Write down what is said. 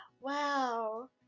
Wow